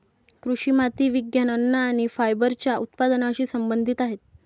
कृषी माती विज्ञान, अन्न आणि फायबरच्या उत्पादनाशी संबंधित आहेत